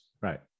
Right